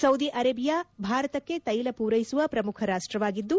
Saudi Arabia ಭಾರತಕ್ಕೆ ತೈಲ ಪೂರೈಸುವ ಪ್ರಮುಖ ರಾಷ್ಟವಾಗಿದ್ದು